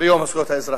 ביום זכויות האזרח.